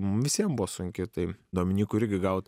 mum visiem buvo sunki tai dominykui irgi gaut